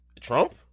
Trump